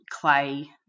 clay